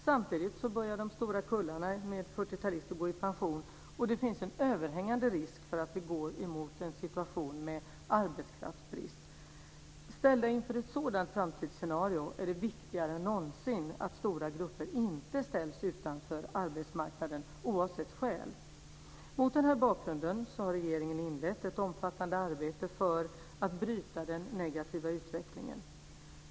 Samtidigt börjar de stora kullarna med 40-talister att gå i pension, och det finns en överhängande risk för att vi går emot en situation med arbetskraftsbrist. Ställda inför ett sådant framtidsscenario är det viktigare än någonsin att stora grupper inte ställs utanför arbetsmarknaden, oavsett skäl. Mot denna bakgrund har regeringen inlett ett omfattande arbete för att bryta den negativa utvecklingen.